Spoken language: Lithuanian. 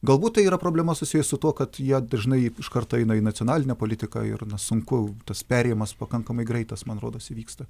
galbūt tai yra problema susijus su tuo kad jie dažnai iš karto eina į nacionalinę politiką ir na sunku tas perėjimas pakankamai greitas man rodos įvyksta